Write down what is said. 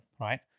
right